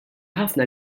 ħafna